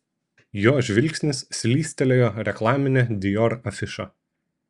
jo žvilgsnis slystelėjo reklamine dior afiša